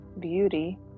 beauty